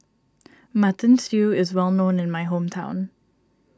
Mutton Stew is well known in my hometown